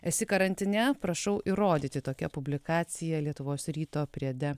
esi karantine prašau įrodyti tokia publikacija lietuvos ryto priede